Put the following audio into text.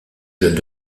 jeune